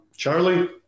Charlie